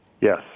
Yes